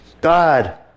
God